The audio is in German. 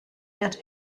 wird